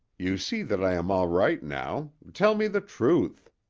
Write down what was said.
you see that i am all right now tell me the truth.